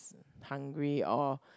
hungry or